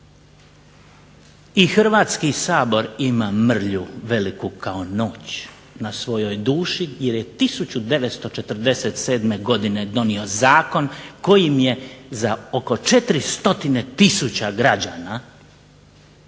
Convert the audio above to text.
I Hrvatski sabor ima mrlju veliku kao noć na svojoj duši jer je 1947. godine donio zakon kojim je za oko 400 tisuća građana